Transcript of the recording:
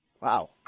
Wow